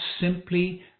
simply